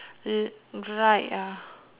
uh right ah